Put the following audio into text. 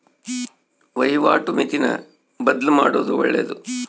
ವಹಿವಾಟು ಮಿತಿನ ಬದ್ಲುಮಾಡೊದು ಒಳ್ಳೆದು